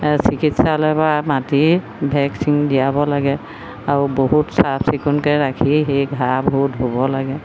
চিকিৎসালয়ৰপৰা মাতি ভেকচিন দিয়াব লাগে আৰু বহুত চাফ চিকুণকৈ ৰাখি সেই ঘাবোৰ ধুব লাগে